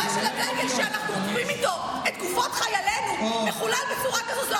המראה של הדגל שאנחנו עוטפים איתו את גופות חיילנו מחולל בצורה כזאת,